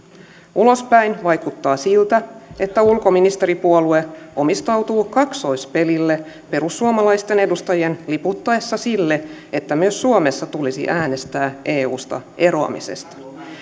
ulospäin vaikuttaa siltä että ulkoministeripuolue omistautuu kaksoispelille perussuomalaisten edustajien liputtaessa sille että myös suomessa tulisi äänestää eusta eroamisesta